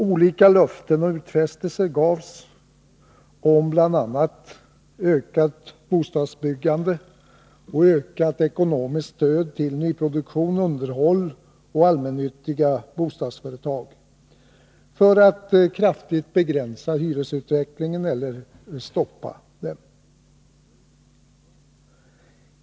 Olika löften och utfästelser gavs om bl.a. ökat bostadsbyggande och ökat ekonomiskt stöd till nyproduktion, underhåll och allmännyttiga bostadsföretag för att kraftigt begränsa hyreshöjningarna eller stoppa dem.